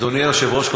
אדוני היושב-ראש,